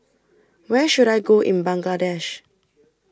Where should I Go in Bangladesh